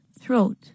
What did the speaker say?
Throat